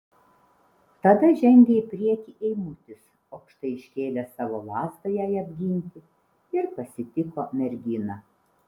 tada žengė į priekį eimutis aukštai iškėlęs savo lazdą jai apginti ir pasitiko merginą